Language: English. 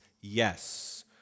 yes